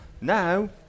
Now